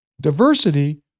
Diversity